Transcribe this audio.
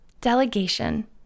Delegation